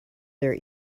their